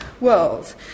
world